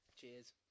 Cheers